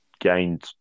gained